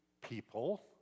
people